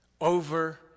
over